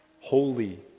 holy